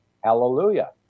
hallelujah